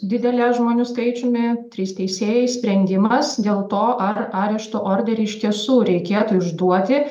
didelė žmonių skaičiumi trys teisėjai sprendimas dėl to ar arešto orderį iš tiesų reikėtų išduoti